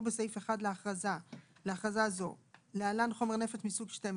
בסעיף 1 לאכרזה זאת (להלן חומר נפץ מסוג 12)